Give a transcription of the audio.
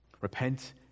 Repent